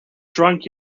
drunk